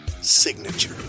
signature